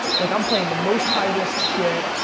like, i'm playing the most high risk shit.